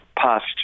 past